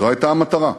זו הייתה המטרה.